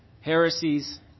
heresies